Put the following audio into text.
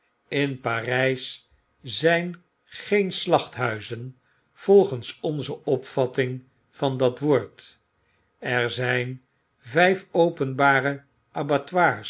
id parijs zijn geen slachthuizen volgens onze opvatting van dat woord er zpn vjjf openbare